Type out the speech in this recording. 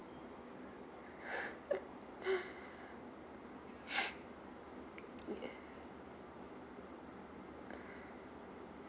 yeah